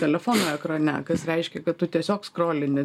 telefono ekrane kas reiškia kad tu tiesiog skrolini